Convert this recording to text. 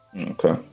Okay